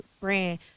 brand